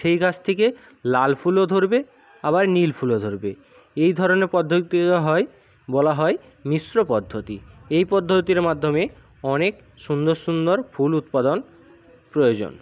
সেই গাছ থেকে লাল ফুলও ধরবে আবার নীল ফুলও ধরবে এই ধরনের পদ্ধতিও হয় বলা হয় মিশ্র পদ্ধতি এই পদ্ধতির মাধ্যমে অনেক সুন্দর সুন্দর ফুল উৎপাদন প্রয়োজন